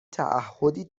تعهدی